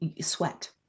sweat